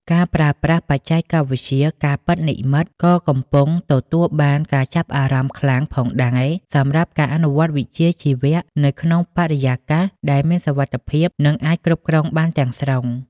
ការប្រើប្រាស់បច្ចេកវិទ្យាការពិតនិម្មិត ក៏កំពុងទទួលបានការចាប់អារម្មណ៍ខ្លាំងផងដែរសម្រាប់ការអនុវត្តវិជ្ជាជីវៈនៅក្នុងបរិយាកាសដែលមានសុវត្ថិភាពនិងអាចគ្រប់គ្រងបានទាំងស្រុង។